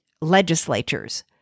legislatures